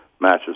matches